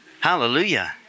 Hallelujah